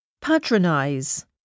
Patronize